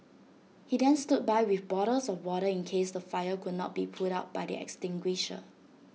he then stood by with bottles of water in case the fire could not be put out by the extinguisher